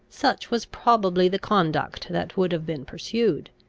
such was probably the conduct that would have been pursued.